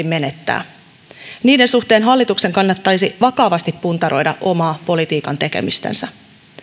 menettää niiden suhteen hallituksen kannattaisi vakavasti puntaroida omaa politiikan tekemistänsä